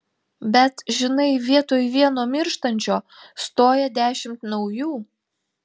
bet žinai vietoj vieno mirštančio stoja dešimt naujų